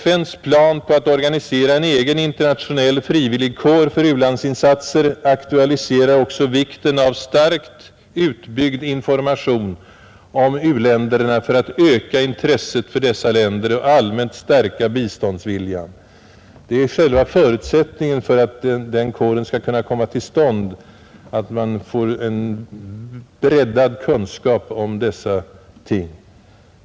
FN:s plan på att organisera en egen internationell frivilligkår för u-landsinsatser aktualiserar också vikten av starkt utbyggd information om u-länderna för att öka intresset för dessa länder och allmänt stärka biståndsviljan. Själva förutsättningen för att den kåren skall kunna komma till stånd är att man får till stånd en allmänt breddad kunskap om dessa ting.